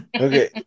Okay